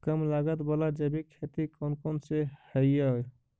कम लागत वाला जैविक खेती कौन कौन से हईय्य?